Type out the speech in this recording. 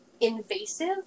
invasive